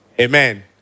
Amen